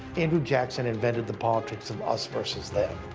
andrew jackson invented the politics of us versus them.